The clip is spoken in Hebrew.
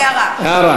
הערה.